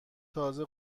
تازه